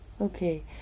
Okay